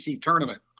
tournament